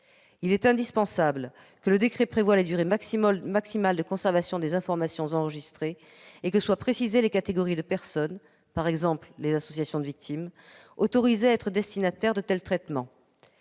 Il est indispensable que le décret prévoie la durée maximale de conservation des informations enregistrées et que soient précisées les catégories de personnes, par exemple les associations de victimes, autorisées à être destinataires de tels traitements.